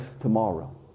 tomorrow